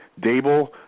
Dable